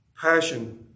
passion